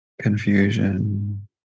confusion